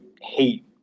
hate